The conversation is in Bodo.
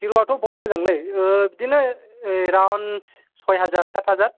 हिर'आथ' बहुद मोजांलै ओ बिदिनो ओ एराउन्द सइ हाजार साट हाजार